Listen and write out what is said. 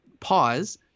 pause